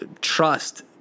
trust